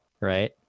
right